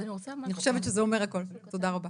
אני חושבת שזה אומר הכל, תודה רבה.